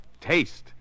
taste